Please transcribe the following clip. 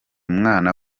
mwana